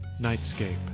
Nightscape